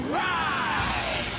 ride